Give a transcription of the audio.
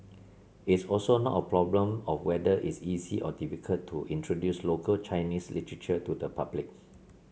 it's also not a problem of whether it's easy or difficult to introduce local Chinese literature to the public